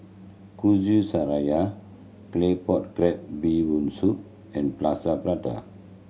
Kuih Syara Claypot Crab Bee Hoon Soup and Plaster Prata